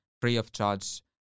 free-of-charge